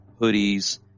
hoodies